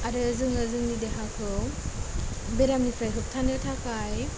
आरो जोङो जोंनि देहाखौ बेरामनिफ्राय होबथानो थाखाय